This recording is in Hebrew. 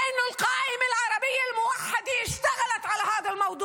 (אומרת דברים בשפה הערבית, להלן תרגומם:).